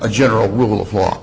general rule of law